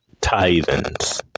tithings